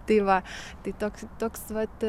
tai va tai toks toks vat